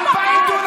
של מאות אלפי שקלים,